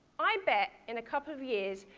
i bet, in a couple of years,